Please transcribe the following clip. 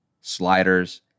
sliders